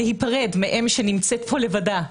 להיפרד מאם שנמצאת פה לבדה,